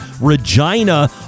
Regina